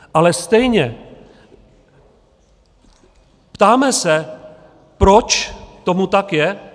Ale stejně, ptáme se, proč tomu tak je?